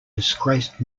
disgraced